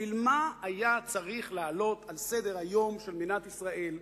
בשביל מה היה צריך להעלות על סדר-היום של מדינת ישראל,